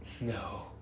No